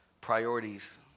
priorities